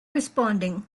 responding